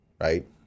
right